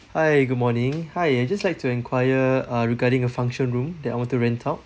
hi good morning hi I just like to enquire uh regarding a function room that I want to rent out